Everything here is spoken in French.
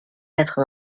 quatre